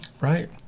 Right